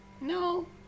No